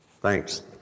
Thanks